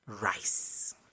rice